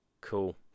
Cool